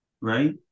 right